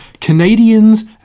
Canadians